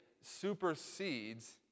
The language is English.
supersedes